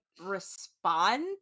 respond